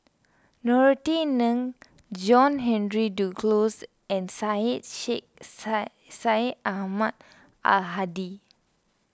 Norothy Ng John Henry Duclos and Syed Sheikh Syed Ahmad Al Hadi